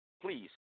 please